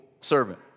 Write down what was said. servant